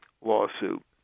lawsuit